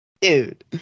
dude